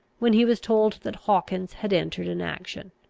when he was told that hawkins had entered an action.